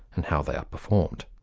and how they are performed.